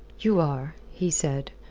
you are, he said,